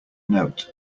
note